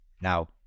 Now